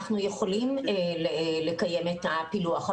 אנחנו יכולים לקיים את הפילוח.